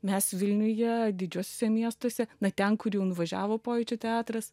mes vilniuje didžiuosiuose miestuose na ten kur jau nuvažiavo pojūčių teatras